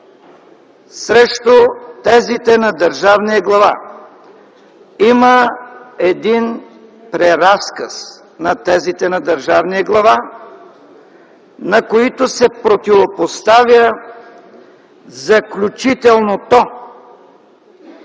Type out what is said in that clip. срещу тезите на държавния глава. Има един преразказ на тезите на държавния глава, на които се противопоставя заключителното: